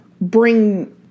bring